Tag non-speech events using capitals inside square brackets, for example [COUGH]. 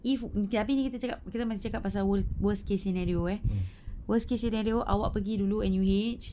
if tadi kita cakap kita masih cakap worst worst case scenario eh [BREATH] worst case scenario awak pergi dulu N_U_H